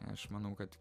aš manau kad